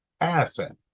asset